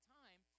time